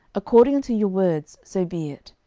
according unto your words, so be it.